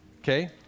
Okay